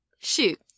Shoot